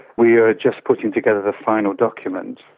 we are just putting together the final document,